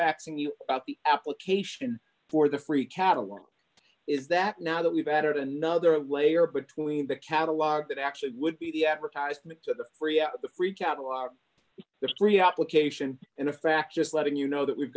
faxing you about the application for the free catalog is that now that we've added another layer between the catalog that actually would be the advertisement to free up the free capital are there three application in a fact just letting you know that we've